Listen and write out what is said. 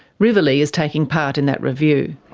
rivalea is taking part in that review.